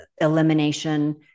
elimination